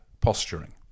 posturing